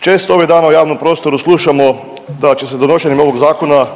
Često ovih dana u javnom prostoru slušamo da će se donošenjem novog zakona